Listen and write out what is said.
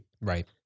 Right